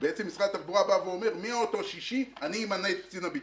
משרד התחבורה אומר: מאותו ששי אני אמנה את קצין הבטיחות.